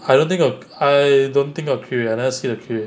I don't think of I don't think of crit rate I never see the crit rate